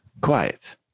Quiet